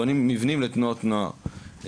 בונים מבנים לתנועות נוער,